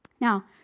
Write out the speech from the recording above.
Now